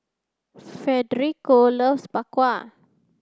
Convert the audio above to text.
Federico loves bak kwa